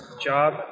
job